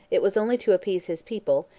it was only to appease his people,